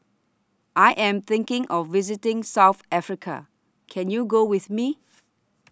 I Am thinking of visiting South Africa Can YOU Go with Me